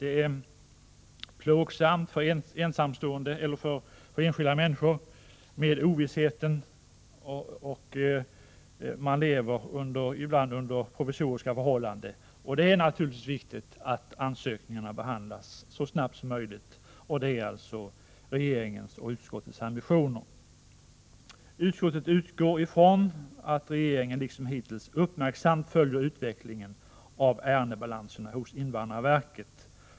Det är plågsamt med ovissheten för enskilda människor som ibland lever under provisoriska förhållanden. Det är alltså regeringens och utskottets ambition att ansökningar behandlas så snabbt som möjligt. Utskottet utgår från att regeringen, liksom hittills, uppmärksamt följer utvecklingen av ärendebalanserna hos invandrarverket.